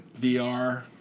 VR